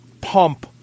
pump